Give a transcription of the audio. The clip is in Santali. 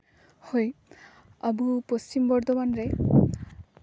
ᱦᱳᱭ ᱟᱵᱚ ᱯᱚᱪᱷᱤᱢ ᱵᱚᱨᱫᱷᱚᱢᱟᱱ ᱨᱮ